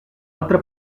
altra